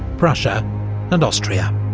prussia and austria.